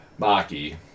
Maki